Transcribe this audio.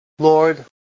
Lord